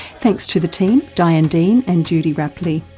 thanks to the team, diane dean and judy rapley.